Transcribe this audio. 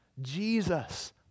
Jesus